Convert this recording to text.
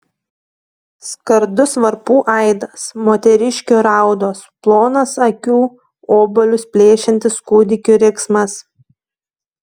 skardus varpų aidas moteriškių raudos plonas akių obuolius plėšiantis kūdikių riksmas